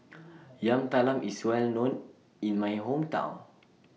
Yam Talam IS Well known in My Hometown